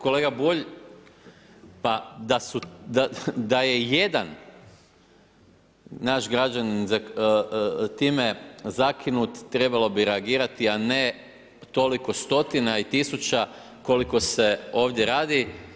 Kolega Bulj, pa da je jedan naš građanin time zakinut trebalo bi reagirati, a ne toliko stotina i tisuća koliko se ovdje radi.